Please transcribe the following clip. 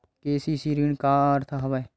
KCC ऋण के का अर्थ हवय?